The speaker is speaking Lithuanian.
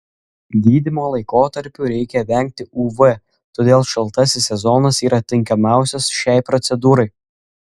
gydymo laikotarpiu reikia vengti uv todėl šaltasis sezonas yra tinkamiausias šiai procedūrai